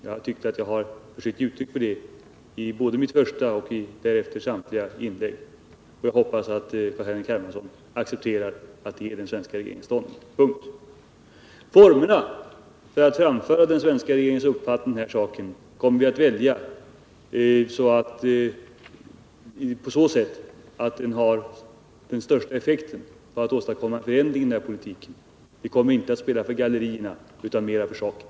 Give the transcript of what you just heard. Jag tycker att jag givit uttryck för detta såväl i mitt första inlägg som i de följande, och jag hoppas att Carl-Henrik Hermansson är införstådd med denna regeringens ståndpunkt. Formerna för att framföra den svenska regeringens uppfattning i denna fråga kommer vi att välja på så sätt att vårt agerande får den största möjliga effekten när det gäller att åstadkomma en förändring av denna politik. Vi kommer inte att spela för gallerierna, utan mera för saken.